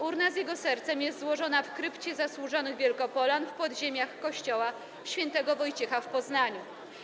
Urna z jego sercem jest złożona w Krypcie Zasłużonych Wielkopolan w podziemiach kościoła św. Wojciecha w Poznaniu.